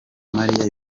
mariya